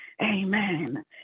Amen